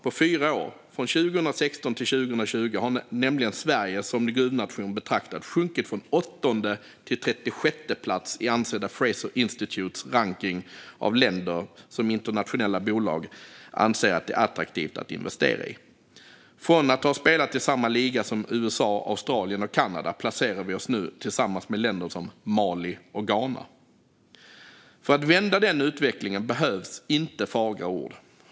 På fyra år, från 2016 till 2020, har Sverige som gruvnation betraktad sjunkit från åttonde till 36:e plats i ansedda Fraser Institutes rankning av länder som internationella bolag anser attraktiva att investera i. Från att ha spelat i samma liga som USA, Australien och Kanada placerar vi oss nu tillsammans med länder som Mali och Ghana. För att vända den utvecklingen behövs inte fagra ord.